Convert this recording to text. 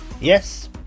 Yes